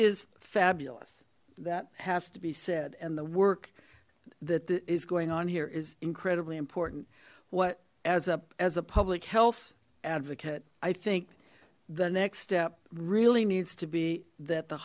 is fabulous that has to be said and the work that is going on here is incredibly important what as a as a public health advocate i think the next step really needs to be that the